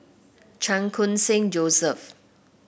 Chan Khun Sing Joseph